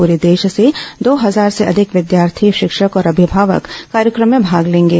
पूरे देश से दो हजार से अधिक विद्यार्थी शिक्षक और अभिभावक कार्यक्रम में भाग लेंगे